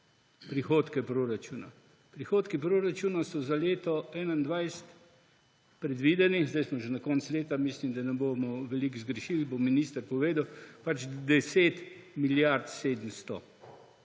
prihodke proračuna. Prihodki proračuna so za leto 2021 predvideni v višini – zdaj smo že na koncu leta, mislim, da ne bomo veliko zgrešili, bo minister povedal – 10 milijard 700,